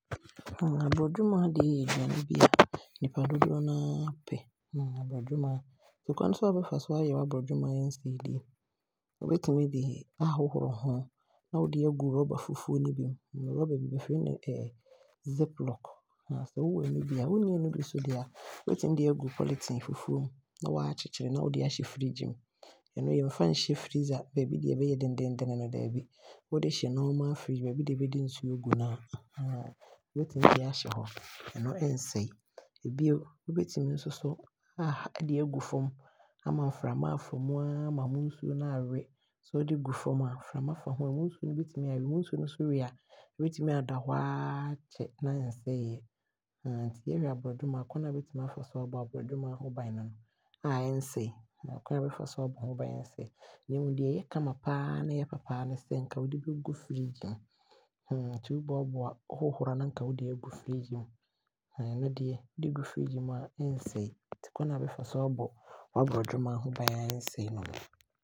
Abrɔdwomaa deɛ yɛ aduane bi a nnipa dodoɔ noaa pɛ abrɔdwomaa, kwane a wobɛfa so aayɛ w’abrɔdwomaa a ɔsɛe die, wobɛtumi aahohoro ho na wode aagu rubber fufuo mu, bɛwɔ rubber bag bi a bɛfrɛ no ziplock sɛ wowɔ ɛno bi a, na sɛ wonni ɔno bi a wobɛtumi de aagu polythene fufuo mu na waakyekyere na wode aahyɛ fridge mu. Ɛno bɛmfa nhyɛ freeze baabi deɛ ɛbɛyɛ dennenen no baabi a wode bɛhyɛ yɛ normal fridge, baabi deɛ bɛde nsuo gu nsa wobɛtumi de aahyɛ hɔ na ɛnsɛe. Bio wobɛtumi nso aahata de aagu fam ama mframa aafa nyaa ama ɛmu nsuo no aawe. Sɛ wode gu fam a mframa fa ho a ɛmu nsuo no bɛtumi aawe, na sɛ ɛmu nsuo he we a, ɛbɛtumi asesa hɔ aakyere na ɛnsɛeeɛ nti kwan a wobɛtumi aafa so abɔ abrɔdwomaa ho bane a ɔnsɛe nie. Mmom deɛ ɔyɛ kama na papapaa ne sɛ nka wode bɛgu fridge mu. woboaboa ano a na waahohoro na wode aagu fridge mu, ɛno deɛ ɛgu fridge mu a ɛnsɛe. Ɛno ne kwane a wobɛfa so aabɔ waabrɔdwomaa ho bane a ɛnsɛe.